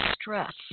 stress